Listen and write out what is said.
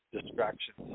distractions